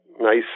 nice